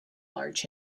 large